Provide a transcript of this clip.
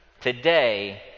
today